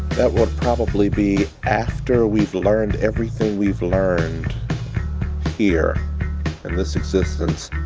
that would probably be after we've learned everything we've learned here in this existence,